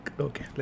okay